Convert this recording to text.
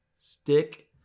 stick